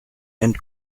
end